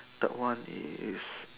third one is